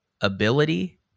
ability